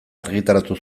argitaratu